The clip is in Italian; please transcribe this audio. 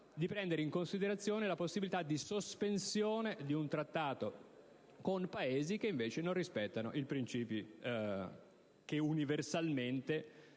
di prendere in considerazione la possibilità di sospensione di un Trattato con Paesi che invece non rispettano i principi che universalmente